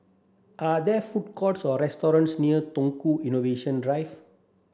are there food courts or restaurants near Tukang Innovation Drive